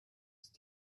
ist